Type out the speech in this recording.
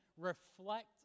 reflect